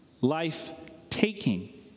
Life-taking